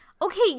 Okay